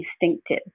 instinctive